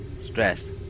Stressed